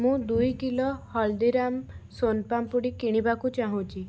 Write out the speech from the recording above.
ମୁଁ ଦୁଇ କିଲୋ ହଳଦୀରାମ୍ସ୍ ସୋନ୍ପାମ୍ପୁଡ଼ି କିଣିବାକୁ ଚାହୁଁଛି